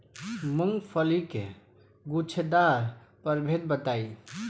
मूँगफली के गूछेदार प्रभेद बताई?